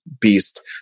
Beast